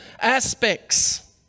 aspects